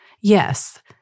yes